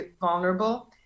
vulnerable